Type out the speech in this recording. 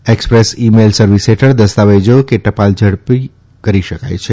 express mail service હેઠળ દસ્તાવેજા કે ટપાલ ઝડપી કરી શકાય છે